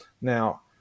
Now